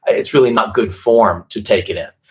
it's really not good form to take it in,